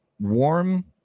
warm